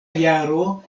jaro